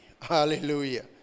Hallelujah